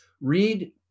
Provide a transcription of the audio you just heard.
Read